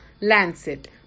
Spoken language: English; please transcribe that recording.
Lancet